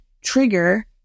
trigger